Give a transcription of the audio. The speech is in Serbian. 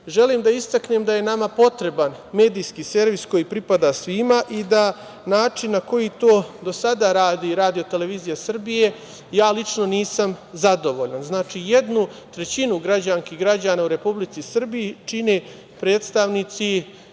Želim da istaknem da je nama potreban medijski servis koji pripada svima i da načinom na koji to do sada radi RTS ja lično nisam zadovoljan. Znači, jednu trećinu građanki i građana u Republici Srbiji čine predstavnici